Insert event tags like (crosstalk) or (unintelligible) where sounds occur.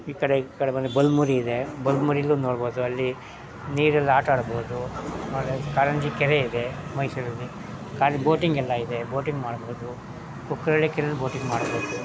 ಈ ಕಡೆ ಈ ಕಡೆ ಬಂದರೆ ಬಲಮುರಿ ಇದೆ ಬಲಮುರಿಲು ನೋಡ್ಬೋದು ಅಲ್ಲಿ ನೀರಲ್ಲಿ ಆಟ ಆಡ್ಬೋದು (unintelligible) ಕಾರಂಜಿ ಕೆರೆ ಇದೆ ಮೈಸೂರಲ್ಲಿ ಖಾಲಿ ಬೋಟಿಂಗ್ ಎಲ್ಲ ಇದೆ ಬೋಟಿಂಗ್ ಮಾಡ್ಬೋದು ಕುಕ್ಕರಳ್ಳಿ ಕೆರೆಲಿ ಬೋಟಿಂಗ್ ಮಾಡ್ಬೋದು